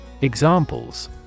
Examples